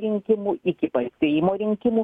rinkimų iki pat seimo rinkimų